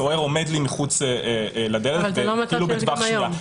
הסוהר עומד מחוץ לדלת בטווח שמיעה.